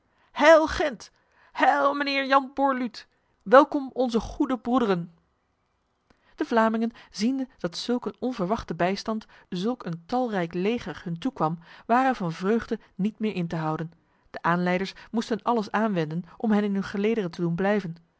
heil gent heil mijnheer jan borluut welkom onze goede broederen de vlamingen ziende dat zulk een onverwachte bijstand zulk een talrijk leger hun toekwam waren van vreugde niet meer in te houden de aanleiders moesten alles aanwenden om hen in hun gelederen te doen blijven